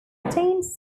retains